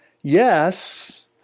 yes